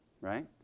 right